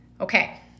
Okay